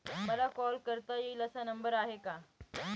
मला कॉल करता येईल असा नंबर आहे का?